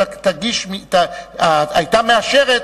שהיתה מאשרת,